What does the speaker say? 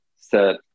set